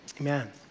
amen